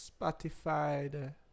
Spotify